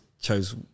chose